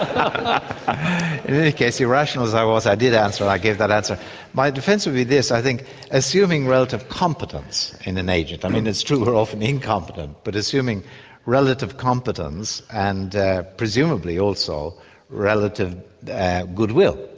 um case, irrational as i was, i did answer i gave that answer my defense would be this i think assuming relative competence in an agent, um it's true we're often incompetent, but assuming relative competence and presumably also relative goodwill,